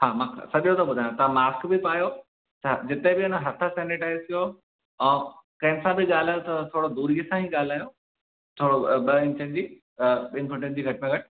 ह मां सॼो थो ॿुधायांव तव्हां मास्क बि पायो हा जिथे बि वञो हथ सैनिटाइज़ कयो ऐं कंहिंसा बि ॻाल्हायो त थोरो दूरीअ सां ई ॻाल्हायो थोरो ॿ इंचन जी ॿिनि फुटनि जी घटि में घटि